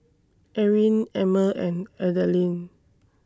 Erin Emmer and Adalynn